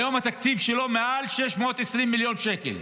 היום התקציב שלו מעל 620 מיליון שקל.